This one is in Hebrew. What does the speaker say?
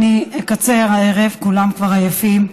אני אקצר הערב, כולם כבר עייפים.